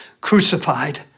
crucified